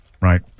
right